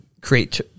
create